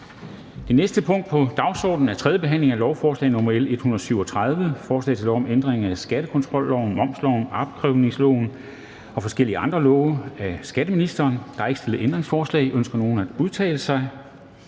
Det næste punkt på dagsordenen er: 4) 3. behandling af lovforslag nr. L 137: Forslag til lov om ændring af skattekontrolloven, momsloven, opkrævningsloven og forskellige andre love. (Sanktioner ved manglende indsendelse af oplysninger og tiltag til